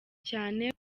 cyane